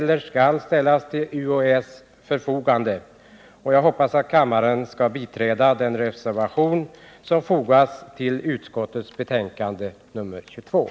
skall ställas till UHÄ:s förfogande. Jag hoppas att kammaren skall biträda den reservation som fogats till utskottets betänkande nr 22.